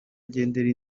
agendera